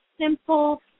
simple